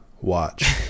watch